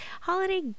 holiday